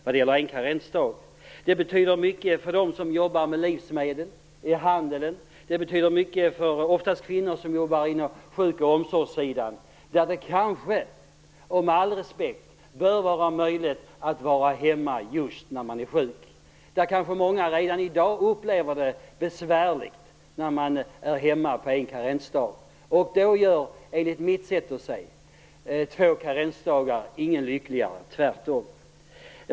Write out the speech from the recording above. Det betyder mycket för dem som jobbar med livsmedel, i handeln, och det betyder mycket för de, oftast kvinnor, som jobbar på sjuk och omsorgssidan. Där bör det kanske, sagt med all respekt, vara möjligt att vara hemma just när man är sjuk. Många upplever det redan i dag besvärligt när de är hemma en karensdag. Enligt mitt sätt att se det gör två karensdagar ingen lyckligare - tvärtom.